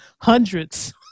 hundreds